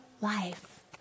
life